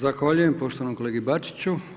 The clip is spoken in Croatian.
Zahvaljujem poštovanom kolegi Bačiću.